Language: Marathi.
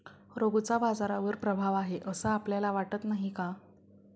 रघूचा बाजारावर प्रभाव आहे असं आपल्याला वाटत नाही का?